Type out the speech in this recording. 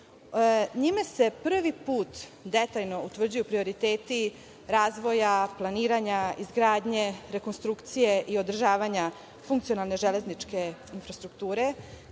NJime se prvi put detaljno utvrđuju prioriteti razvoja, planiranja, izgradnje, rekonstrukcije i održavanja funkcionalne železničke infrastrukture,